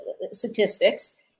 statistics